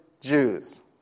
Jews